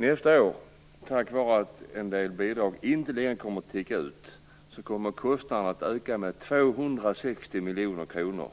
Nästa år kommer kostnaderna på grund av att en del bidrag inte längre kommer att ticka ut att öka med 260 miljoner kronor.